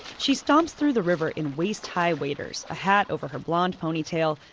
she stomps through the river in waist-high waders, a hat over her blonde ponytail,